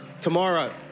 tomorrow